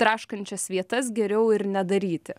traškančias vietas geriau ir nedaryti